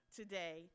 today